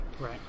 Right